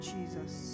Jesus